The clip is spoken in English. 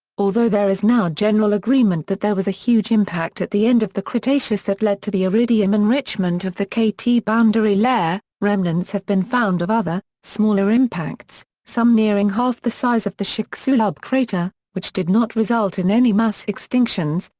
although there is now general agreement that there was a huge impact at the end of the cretaceous that led to the iridium enrichment of the k t boundary layer, remnants have been found of other, smaller impacts, some nearing half the size of the chicxulub crater, which did not result in any mass extinctions,